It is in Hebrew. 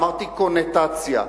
אמרתי "קונוטציה".